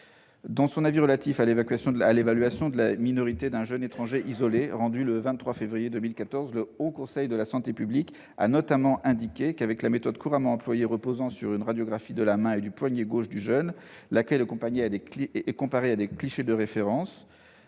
Dans son avis relatif à l'évaluation de la minorité d'un jeune étranger isolé, rendu le 23 janvier 2014, le Haut Conseil de la santé publique a notamment indiqué qu'avec la méthode couramment employée, reposant sur une radiographie de la main et du poignet gauche du jeune, laquelle est comparée avec des clichés de référence,